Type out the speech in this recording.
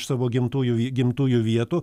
savo gimtųjų gimtųjų vietų